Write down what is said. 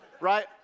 Right